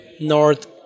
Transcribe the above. north